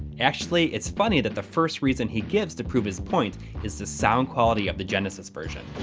actually, its funny that the first reason he gives to prove his point is the sound quality of the genesis version.